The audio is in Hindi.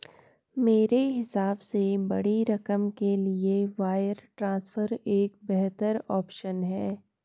मेरे हिसाब से बड़ी रकम के लिए वायर ट्रांसफर एक बेहतर ऑप्शन है